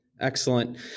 Excellent